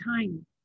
time